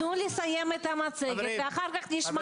תנו לסיים את המצגת ואחר כך נשמע